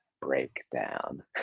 breakdown